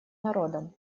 народом